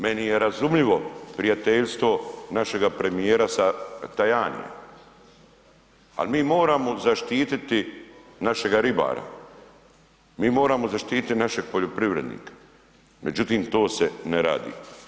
Meni je razumljivo prijateljstvo našega premijera sa Tajanijem ali mi moramo zaštititi našega ribara, mi moramo zaštitit naše poljoprivrednike međutim to se ne radi.